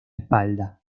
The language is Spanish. espalda